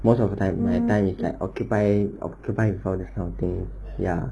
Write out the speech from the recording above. most of the time my time is like occupy occupied for these kind of things ya